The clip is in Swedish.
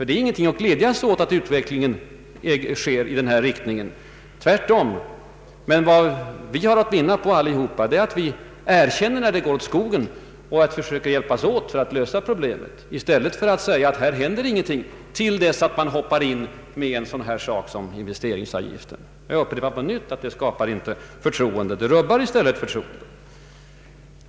Det är ingenting att glädjas åt att utvecklingen i vår ekonomi går i fel riktning, tvärtom. Men vi skulle alla vinna på att erkänna att det tycks gå åt skogen och att vi alla måste försöka hjälpas åt att lösa problemet, i stället för att som regeringen säga att läget inte är oroande och sedan plötsligt hoppa in med en sådan åtgärd som investeringsavgiften. Jag upprepar att sådant inte skapar förtroende, det rubbar i stället förtroendet.